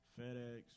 FedEx